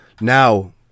now